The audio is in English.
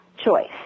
choice